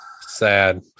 Sad